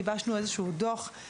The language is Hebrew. גיבשנו איזה דוח,